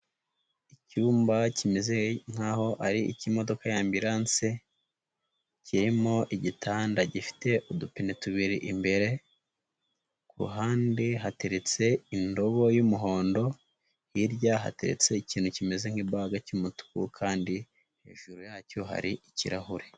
Icyumba kimeze nk'aho ari ikimodoka ya ambiranse, kirimo igitanda gifite udupine tubiri, imbere kuruhande hateretse indobo y'umuhondo, hirya hateretse ikintu kimeze nk'imbaga cy'umutuku kandi hejuru yacyo hari ikirahure.